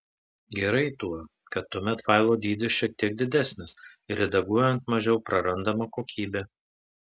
gerai tuo kad tuomet failo dydis šiek tiek didesnis ir redaguojant mažiau prarandama kokybė